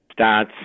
stats